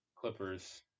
Clippers